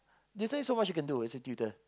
there's only so much you can do as a tutor